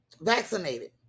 vaccinated